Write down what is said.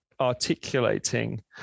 articulating